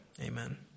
amen